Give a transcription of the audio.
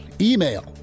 email